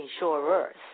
Insurers